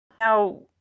Now